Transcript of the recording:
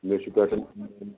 مےٚ چھُ پٮ۪ٹھ